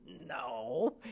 no